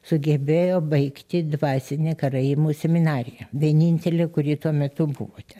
sugebėjo baigti dvasinę karaimų seminariją vienintelė kuri tuo metu buvo ten